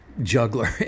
juggler